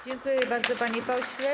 Dziękuję bardzo, panie pośle.